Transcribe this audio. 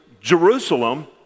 Jerusalem